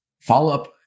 follow-up